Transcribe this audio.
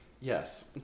Yes